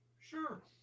Sure